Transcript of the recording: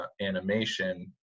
animation